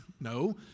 No